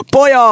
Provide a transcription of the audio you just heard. Boy